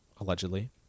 allegedly